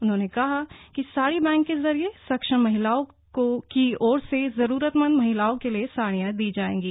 उन्होंने कहा कि साड़ी बैंक के जरिए सक्षम महिलाओं की ओर से जरूरतमंद महिलाओं के लिये साड़ियां दी जाएंगी